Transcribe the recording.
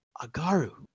Agaru